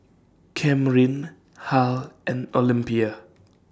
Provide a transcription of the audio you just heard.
Camryn Harl and Olympia